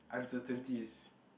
uncertainties